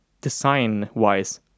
design-wise